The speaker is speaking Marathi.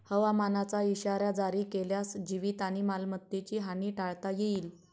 हवामानाचा इशारा जारी केल्यास जीवित आणि मालमत्तेची हानी टाळता येईल